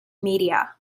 media